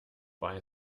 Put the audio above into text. bei